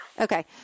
Okay